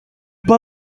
pas